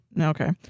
okay